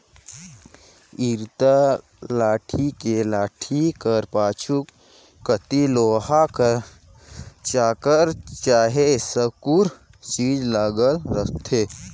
इरता लाठी मे लाठी कर पाछू कती लोहा कर चाकर चहे साकुर चीज लगल रहथे